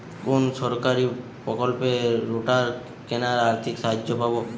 কোন সরকারী প্রকল্পে রোটার কেনার আর্থিক সাহায্য পাব?